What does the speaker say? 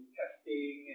testing